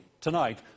Tonight